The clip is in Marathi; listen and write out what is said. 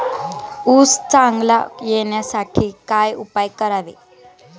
ऊस चांगला येण्यासाठी काय उपाय करावे?